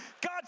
God